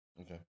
Okay